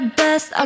best